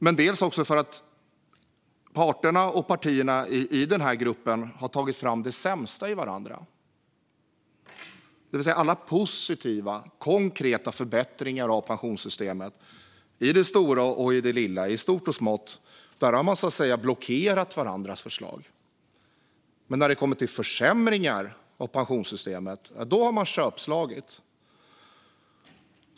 Dels ska vi göra det för att parterna och partierna i den här gruppen har tagit fram det sämsta hos varandra. När det kommer till alla positiva, konkreta förbättringar av pensionssystemet i stort och smått har man blockerat varandras förslag. Men när det kommer till försämringar av pensionssystemet har man köpslagit.